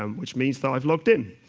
um which means that i've logged in.